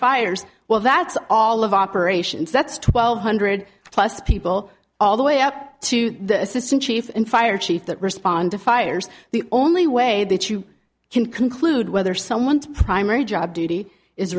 fires well that's all of operations that's twelve hundred plus people all the way up to the assistant chief and fire chief that respond to fires the only way that you can conclude whether someone's primary job duty